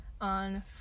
on